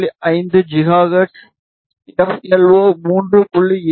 5 gigahertz F L O 3